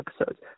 episodes